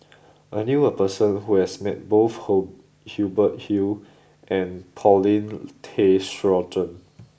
I knew a person who has met both Hubert Hill and Paulin Tay Straughan